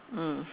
mm